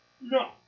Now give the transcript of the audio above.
No